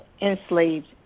enslaved